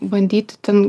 bandyti ten